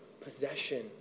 possession